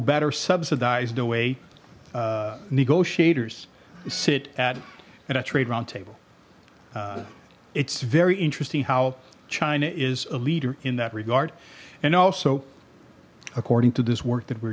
better subsidize the way negotiators sit at at a trade roundtable it's very interesting how china is a leader in that regard and also according to this work that we're